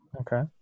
Okay